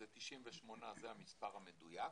98 זה המספר המדויק,